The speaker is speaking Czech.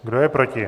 Kdo je proti?